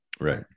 right